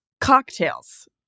cocktails